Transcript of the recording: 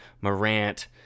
Morant